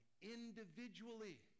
individually